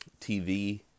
TV